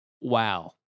Wow